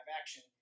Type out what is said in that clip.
action